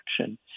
action